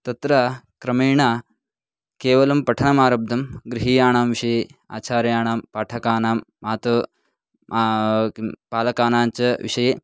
तत्र क्रमेण केवलं पठनमारब्धं गृहाणां विषये आचर्याणां पाठकानां मातुः मा किं पालकानञ्च विषये